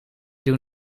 doe